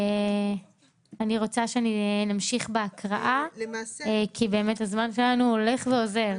אני רוצה שנמשיך בהקראה כי הזמן שלנו הולך ואוזל.